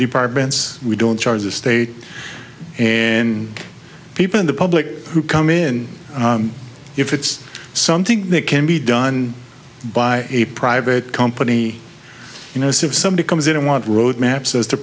departments we don't charge the state and people in the public who come in if it's something that can be done by a private company you know this if somebody comes in and want roadmaps us to